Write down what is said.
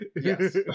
Yes